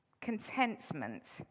Contentment